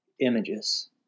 images